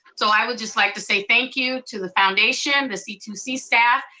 so i would just like to say thank you to the foundation, the c two c staff.